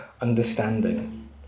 understanding